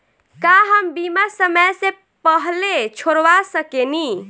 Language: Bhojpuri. का हम बीमा समय से पहले छोड़वा सकेनी?